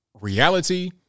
reality